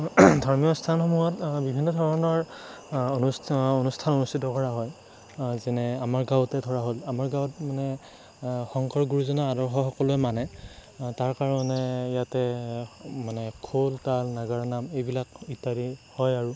ধৰ্মীয় স্থানসমূহত বিভিন্ন ধৰণৰ অনুষ্ঠান অনুস্থিত কৰা হয় যেনে আমাৰ গাঁৱতে ধৰা হ'ল আমাৰ গাঁৱত মানে শংকৰ গুৰুজনাৰ আদৰ্শ সকলোৱেই মানে তাৰ কাৰণে ইয়াতে মানে খোল তাল নাগাৰা নাম এইবিলাক ইত্যাদি হয় আৰু